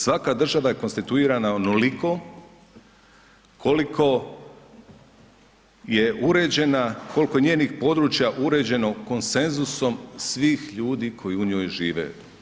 Svaka država je konstituirana onoliko koliko je uređena, kolko je njenih područja uređeno konsenzusom svih ljudi koji u njoj žive.